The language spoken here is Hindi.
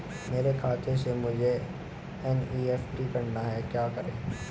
मेरे खाते से मुझे एन.ई.एफ.टी करना है क्या करें?